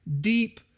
deep